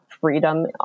freedom